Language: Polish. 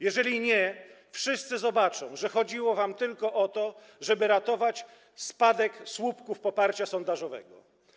Jeżeli nie, wszyscy zobaczą, że chodziło wam tylko o to, żeby ratować się przed spadkiem słupków poparcia sondażowego.